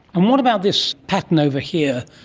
and what about this pattern over here?